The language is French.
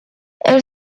elle